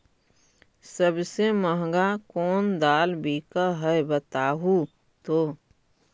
सबसे महंगा कोन दाल बिक है बताहु तो?